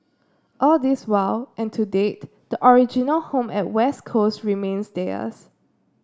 all this while and to date the original home at West Coast remains theirs